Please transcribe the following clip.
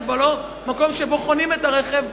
זה כבר לא מקום שבו מחנים את הרכב,